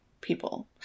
people